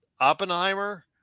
Oppenheimer